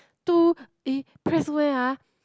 two eh press where ah